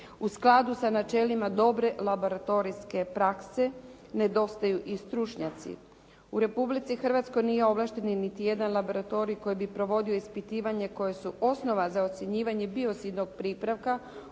u skladu sa načelima dobre laboratorijske prakse nedostaju i stručnjaci. U Republici Hrvatskoj nije ovlašteni niti jedan laboratorij koji bi provodio ispitivanje koje su osnova za ocjenjivanje biocidnog pripravka